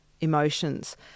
emotions